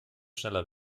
schneller